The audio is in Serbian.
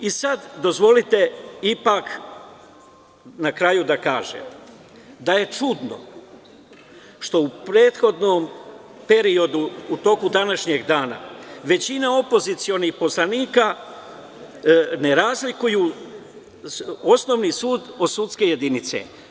Dozvolite, na kraju, da kažem da je čudno što u prethodnom periodu, u toku današnjeg dana, većina opozicionih poslanika ne razlikuje osnovni sud od sudske jedinice.